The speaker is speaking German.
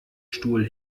stuhl